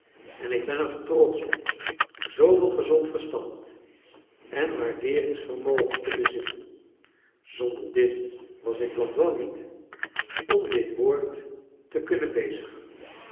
en ik ben er trots ch op zooveel gezond verstand en waardeeringsvermogen te bezitten zonder dit was ik blandois niet om dit woord te kunnen bezigen